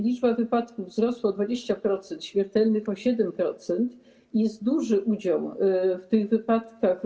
Liczba wypadków wzrosła o 20%, a śmiertelnych o 7%, jest duży udział rowerzystów w tych wypadkach.